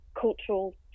cultural